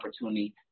opportunity